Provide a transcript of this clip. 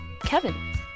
Kevin